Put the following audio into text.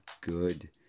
good